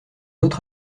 autre